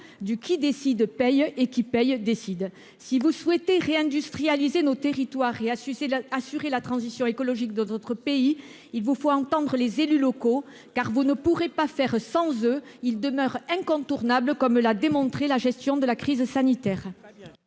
du « qui décide paie, qui paie décide ». Si vous souhaitez réindustrialiser nos territoires et assurer la transition écologique de notre pays, il vous faut entendre les élus locaux, car vous ne pourrez pas faire sans eux. Ils demeurent incontournables, comme l'a démontré la gestion de la crise sanitaire.